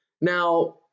Now